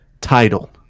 Title